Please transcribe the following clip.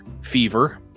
fever